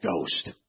Ghost